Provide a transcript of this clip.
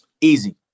easy